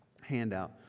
handout